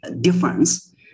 difference